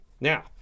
Now